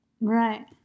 Right